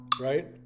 right